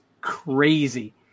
crazy